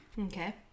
Okay